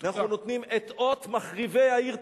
אנחנו נותנים את "אות מחריבי העיר תל-אביב"